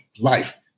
life